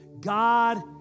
God